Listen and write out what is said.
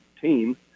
team